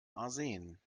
arsen